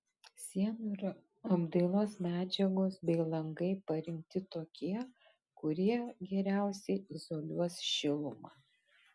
sienų ir apdailos medžiagos bei langai parinkti tokie kurie geriausiai izoliuos šilumą